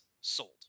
sold